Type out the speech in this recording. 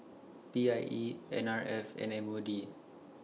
P I E N R F and M O D